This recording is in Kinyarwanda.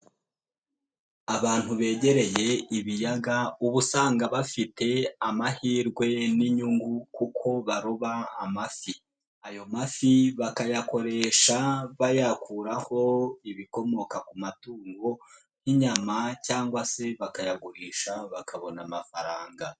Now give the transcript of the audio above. Abantu begereye ibiyaga uba usanga bafite amahirwe n'inyungu kuko baroba amafi, ayo mafi bakayakoresha bayakuraho ibikomoka ku matungo nk'inyama cyangwa se bakayagurisha bakabona amafaranga.